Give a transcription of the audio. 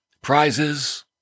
prizes